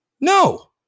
No